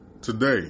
Today